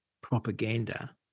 propaganda